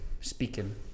speaking